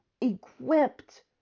equipped